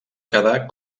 quedar